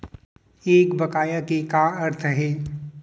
एक बकाया के का अर्थ हे?